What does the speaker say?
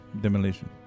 demolition